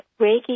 Reiki